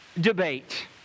debate